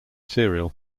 serial